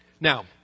Now